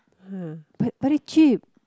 [huh] but very cheap